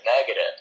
negative